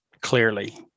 clearly